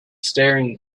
staring